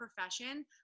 profession